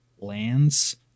lands